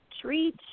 treat